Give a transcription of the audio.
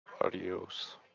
Adios